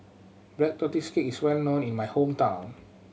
Black Tortoise Cake is well known in my hometown